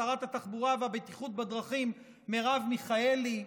שרת התחבורה והבטיחות בדרכים מרב מיכאלי,